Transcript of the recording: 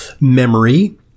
memory